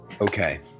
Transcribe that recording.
Okay